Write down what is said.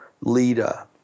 leader